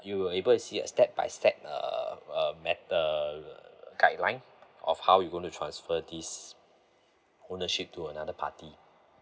you will able to see a step by step um uh matter uh guideline of how you going to transfer this ownership to another party